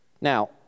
Now